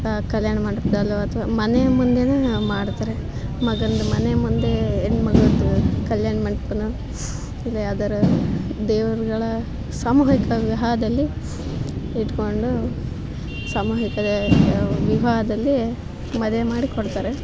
ಕಲ್ಯಾಣ ಮಂಟಪದಲ್ಲೋ ಅಥ್ವಾ ಮನೆ ಮುಂದೆಯೇ ಮಾಡ್ತಾರೆ ಮಗನ್ದು ಮನೆ ಮುಂದೆ ಹೆಣ್ಣ್ ಮಗಳದು ಕಲ್ಯಾಣ ಮಂಟಪನೋ ಇಲ್ಲ ಯಾವ್ದಾರೂ ದೇವರುಗಳ ಸಾಮೂಹಿಕ ವಿವಾಹದಲ್ಲಿ ಇಟ್ಟುಕೊಂಡು ಸಾಮೂಹಿಕ ವಿವಾಹದಲ್ಲಿ ಮದುವೆ ಮಾಡಿಕೊಡ್ತಾರೆ